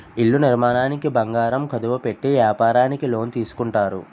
ఇళ్ల నిర్మాణానికి బంగారం కుదువ పెట్టి వ్యాపారానికి లోన్ తీసుకుంటారు